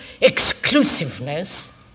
exclusiveness